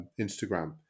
Instagram